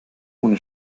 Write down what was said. ohne